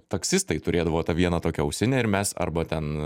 taksistai turėdavo tą vieną tokią ausinę ir mes arba ten